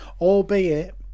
Albeit